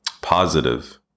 positive